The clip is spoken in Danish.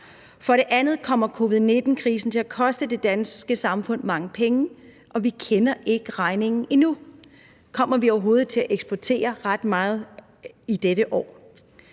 For det andet kommer covid-19-krisen til at koste det danske samfund mange penge, og vi kender ikke regningen endnu. Kommer vi overhovedet til at eksportere ret meget i dette år?